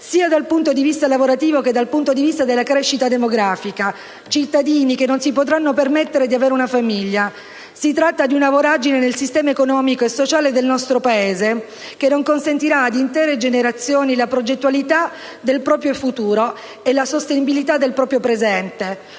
dal punto di vista sia lavorativo che della crescita demografica; cittadini che non si potranno permettere di avere una famiglia. È una voragine del sistema economico e sociale del nostro Paese che non consentirà ad intere generazioni la progettualità del proprio futuro e la sostenibilità del proprio presente,